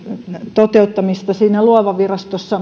toteuttamista myöskin siinä luova virastossa